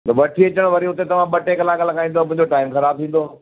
वठी अचण वरी हुते तव्हां ॿ टे किलाक लॻाईंदव मुंहिजो टाइम ख़राब थींदो